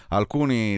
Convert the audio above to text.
alcuni